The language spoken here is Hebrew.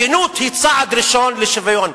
הגינות היא צעד ראשון לשוויון.